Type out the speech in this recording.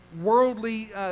worldly